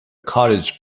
cottage